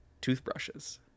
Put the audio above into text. toothbrushes